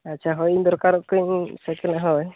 ᱟᱪᱪᱷᱟ ᱦᱳᱭ ᱤᱧ ᱫᱚᱨᱠᱟᱨᱚᱜ ᱠᱟᱱᱟᱹᱧ ᱥᱟᱭᱠᱮᱞ ᱦᱳᱭ